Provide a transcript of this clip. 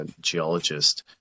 geologist